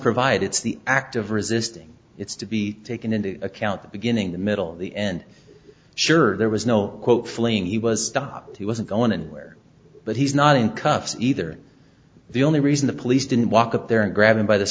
provide it's the act of resisting it's to be taken into account the beginning the middle the end sure there was no quote fleeing he was stopped he wasn't going anywhere but he's not in cuffs either the only reason the police didn't walk up there and grab him by the